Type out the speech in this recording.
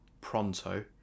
pronto